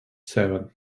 seven